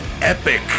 epic